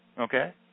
okay